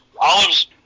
olives